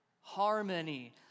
Harmony